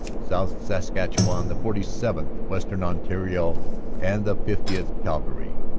south saskatchewan the forty seventh, western ontario and fiftieth, calgary.